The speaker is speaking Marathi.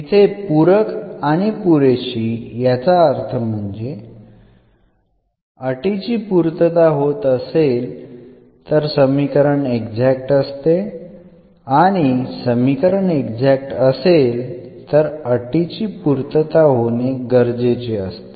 इथे पूरक आणि पुरेशी याचा अर्थ म्हणजे अटीची पूर्तता होत असेल तर समीकरण एक्झॅक्ट असते आणि समीकरण एक्झॅक्ट असेल तर अटीची पूर्तता होणे गरजेचे असते